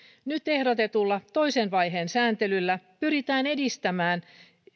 nyt ehdotetulla toisen vaiheen sääntelyllä pyritään edistämään